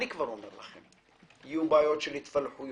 אני כבר אומר לכם, יהיו בעיות של התפלחויות,